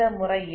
இந்த முறையில்